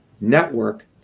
network